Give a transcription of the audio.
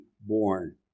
born